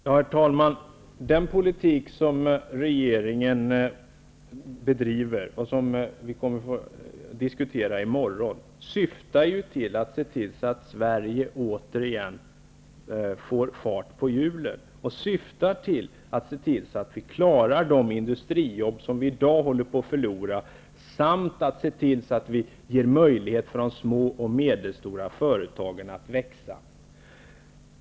Herr talman! Den politik som regeringen bedriver, och som vi kommer att få diskutera i morgon, syftar till att Sverige återigen skall få fart på hjulen, till att vi skall klara de industrijobb som vi i dag håller på att förlora samt till att vi skall ge möjlighet för de små och medelstora företagen att växa.